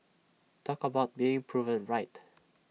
talk about being proven right